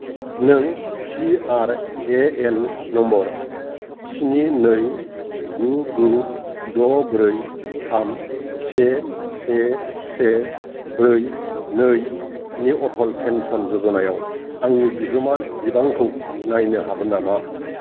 नों P R A N number स्नि नै गु गु द' ब्रै थाम से से से ब्रै नै नि अटल पेन्सन य'जनायाव आंनि बिहोमा बिबांखौ नायनो हागोन नामा